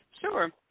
Sure